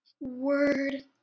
word